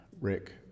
Rick